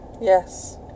Yes